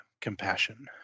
compassion